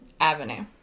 Avenue